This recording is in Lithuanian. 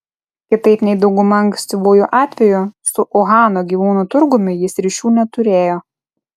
kitaip nei dauguma ankstyvųjų atvejų su uhano gyvūnų turgumi jis ryšių neturėjo